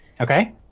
Okay